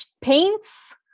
paints